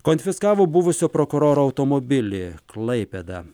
konfiskavo buvusio prokuroro automobilį klaipėda